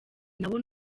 nabo